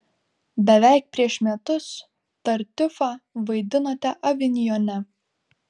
beveik prieš metus tartiufą vaidinote avinjone